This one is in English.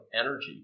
energy